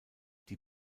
die